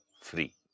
free